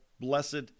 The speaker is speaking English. blessed